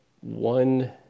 One